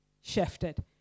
shifted